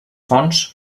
fonts